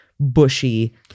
bushy